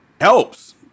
helps